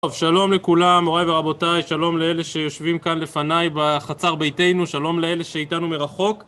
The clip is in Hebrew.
טוב, שלום לכולם, מוריי ורבותיי, שלום לאלה שיושבים כאן לפניי בחצר ביתנו, שלום לאלה שאיתנו מרחוק